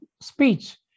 speech